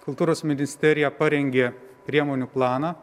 kultūros ministerija parengė priemonių planą